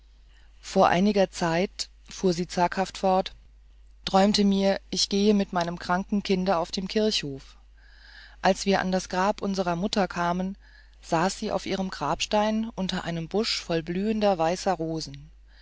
vor einiger zeit fuhr sie zaghaft fort träumte mir ich gehe mit meinem kranken kind auf dem kirchhof als wir an das grab unserer mutter kamen saß sie auf ihrem grabstein unter einem busch voll blühender weißer rosen